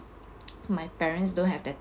my parents don't have the